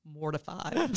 mortified